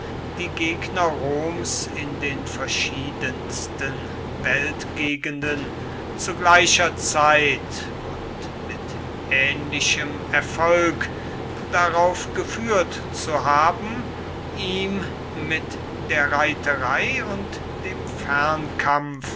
die gegner roms in den verschiedensten weltgegenden zu gleicher zeit und mit ähnlichem erfolg darauf geführt zu haben ihm mit der reiterei und dem